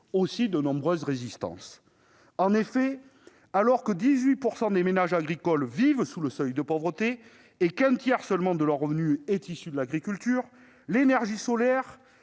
de nombreuses résistances. En effet, alors que 18 % des ménages agricoles vivent sous le seuil de pauvreté et qu'un tiers seulement de leurs revenus est issu de l'agriculture, l'énergie solaire